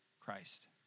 Christ